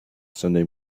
sunday